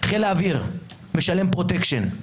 חיל האוויר משלם פרוטקשן.